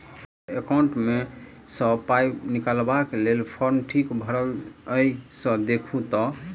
हम्मर एकाउंट मे सऽ पाई निकालबाक लेल फार्म ठीक भरल येई सँ देखू तऽ?